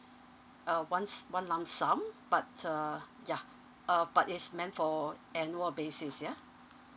uh ones one lump sum but uh yeah but it's meant for annual basis yeah